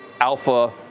alpha